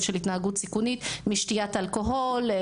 של התנהגות סיכונית משתיית אלכוהול,